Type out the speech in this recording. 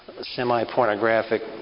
semi-pornographic